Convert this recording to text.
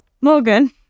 Morgan